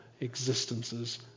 existences